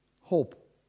hope